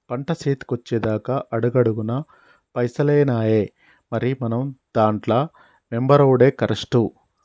పంట సేతికొచ్చెదాక అడుగడుగున పైసలేనాయె, మరి మనం దాంట్ల మెంబరవుడే కరెస్టు